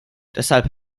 deshalb